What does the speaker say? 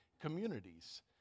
communities